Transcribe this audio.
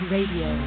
Radio